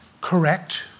correct